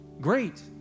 great